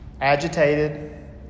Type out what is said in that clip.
agitated